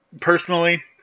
personally